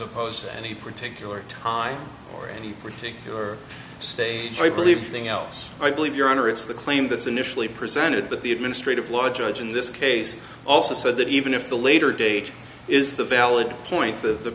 opposed to any particular time or any particular stage i believe thing else i believe your honor it's the claim that's initially presented that the administrative law judge in this case also said that even if the later date is the valid point the